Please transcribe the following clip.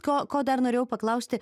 ko ko dar norėjau paklausti